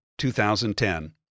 2010